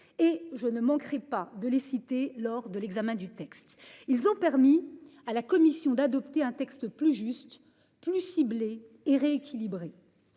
et je ne manquerai pas de les citer lors de l'examen du texte. Ils ont permis à la Commission d'adopter un texte plus juste, plus ciblée et rééquilibrer.